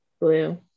Blue